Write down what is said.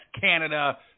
Canada